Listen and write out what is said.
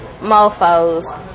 mofos